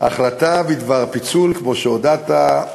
ההחלטה בדבר פיצול, כמו שהודעת,